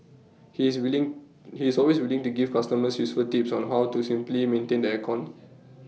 he is willing he is always willing to give customers useful tips on how to simply maintain the air con